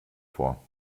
vor